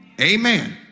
Amen